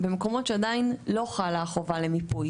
במקומות שעדיין לא חלה החובה למיפוי.